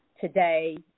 today